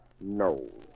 no